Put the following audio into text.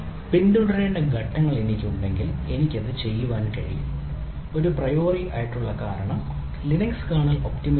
പിന്തുടരേണ്ട ഘട്ടങ്ങൾ എനിക്കുണ്ടെങ്കിൽ എനിക്ക് അത് ചെയ്യാൻ കഴിയും ഒരു പ്രിയോറി ചെയ്യുക